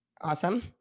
Awesome